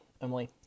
Emily